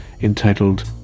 entitled